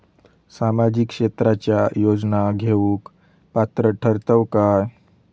सामाजिक क्षेत्राच्या योजना घेवुक पात्र ठरतव काय?